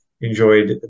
enjoyed